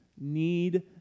need